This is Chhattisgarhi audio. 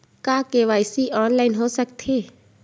का के.वाई.सी ऑनलाइन हो सकथे?